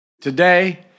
Today